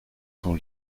son